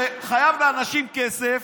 שחייב לאנשים כסף,